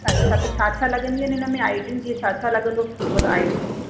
अछा त छा छा लॻंदियूं आहिनि हिन में आई डियूं जीअं छा छा लॻंदो मतां आई डी प्रूफ़